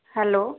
hello